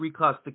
reclassification